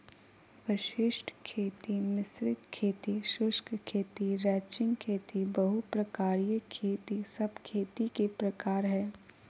वशिष्ट खेती, मिश्रित खेती, शुष्क खेती, रैचिंग खेती, बहु प्रकारिय खेती सब खेती के प्रकार हय